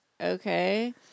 okay